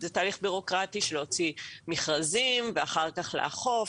זה תהליך בירוקרטי של להוציא מכרזים ואחר כך לאכוף.